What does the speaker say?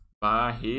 Barre